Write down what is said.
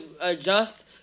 adjust